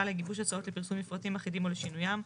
לגיבוש הצעות לפרסום מפרטים אחידים או לשינויים,